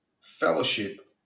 fellowship